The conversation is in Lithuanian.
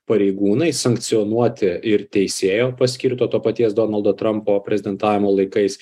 pareigūnai sankcionuoti ir teisėjo paskirto to paties donaldo trampo prezidentavimo laikais